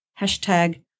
hashtag